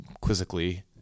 quizzically